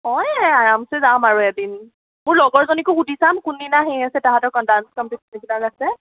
অঁ এই আৰামচে যাম আৰু এদিন মোৰ লগৰজনীকো সুধি চাম কোনদিনা হেৰি আছে তাহাঁতৰ ডাঞ্চ কম্পিটিচন আছে